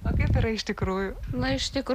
o kaip yra iš tikrųjų na iš tikro